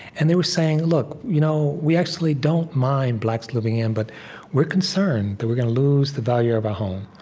and they were saying, look, you know we actually don't mind blacks moving in, but we're concerned that we're going to lose the value of our home.